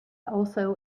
also